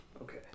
Okay